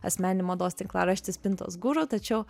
asmeninį mados tinklaraštį spintos guru tačiau